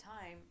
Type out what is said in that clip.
time